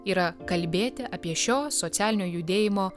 yra kalbėti apie šio socialinio judėjimo